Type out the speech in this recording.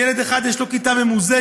ילד אחד יש לו כיתה ממוזגת,